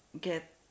get